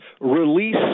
release